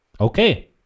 Okay